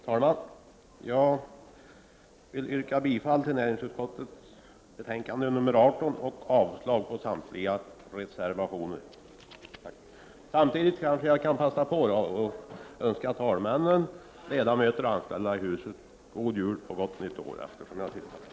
Herr talman! Jag yrkar bifall till näringsutskottets hemställan i betänkandet 18 och avslag på samtliga reservationer. Samtidigt kanske jag kan passa på att önska talmännen, ledamöter och anställda i huset god jul och gott nytt år — eftersom jag är den siste talaren.